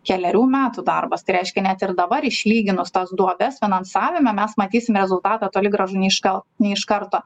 kelerių metų darbas tai reiškia net ir dabar išlyginus tas duobes finansavime mes matysim rezultatą toli gražu ne iš kar ne iš karto